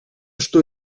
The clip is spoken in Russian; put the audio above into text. что